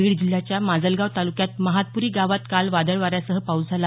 बीड जिल्ह्याच्या माजलगाव तालुक्यांत महातपुरी गावात काल वादळ वाऱ्यासह पाऊस झाला